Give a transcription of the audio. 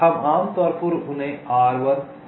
हम आमतौर पर उन्हें आर 1 आर 2 आर 3 कहते हैं